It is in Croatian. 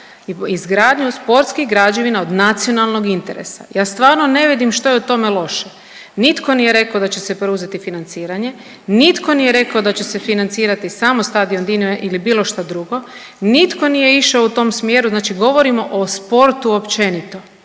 izgradnju sportskih građevina od nacionalnog interesa. Ja stvarno ne vidim što je u tome loše, nitko nije rekao da će se preuzeti financiranje, nitko nije rekao da će se financirati samo stadion Dinama ili bilo šta drugo, nitko nije išao u tom smjeru, znači govorimo o sportu općenito,